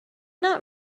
not